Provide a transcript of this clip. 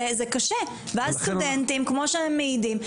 זה קשה ואז סטודנטים כמו שהם מעידים,